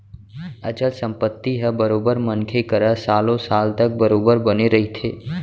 अचल संपत्ति ह बरोबर मनखे करा सालो साल तक बरोबर बने रहिथे